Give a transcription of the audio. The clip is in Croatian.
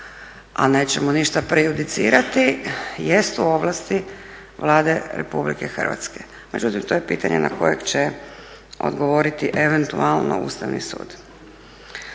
a nećemo ništa prejudicirati jest u ovlasti Vlade Republike Hrvatske. Međutim, to je pitanje na koje će odgovoriti eventualno Ustavni sud.